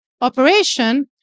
operation